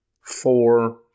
four